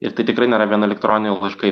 ir tai tikrai nėra vien elektroniniai laiškai